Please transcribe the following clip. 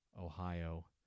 ohio